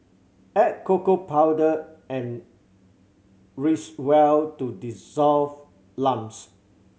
add cocoa powder and whisk well to dissolve lumps